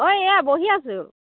অঁ এইয়া বহি আছোঁ